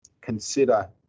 consider